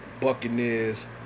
Buccaneers